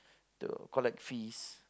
to collect fees